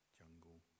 jungle